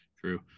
true